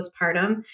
postpartum